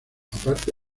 aparte